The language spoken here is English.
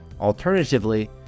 Alternatively